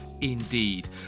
indeed